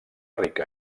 rica